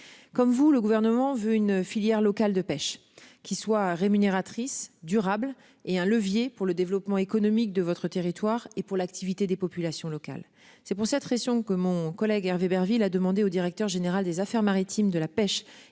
comme vous, le gouvernement veut une filière locale de pêche qui soit rémunératrices durable et un levier pour le développement économique de votre territoire et pour l'activité des populations locales. C'est pour cette raison que mon collègue Hervé Berville a demandé au directeur général des affaires maritimes de la pêche